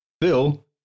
Bill